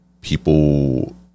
People